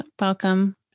Welcome